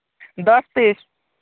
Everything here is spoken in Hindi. दस पीस